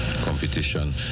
competition